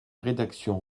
rédaction